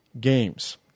games